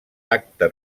acte